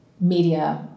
media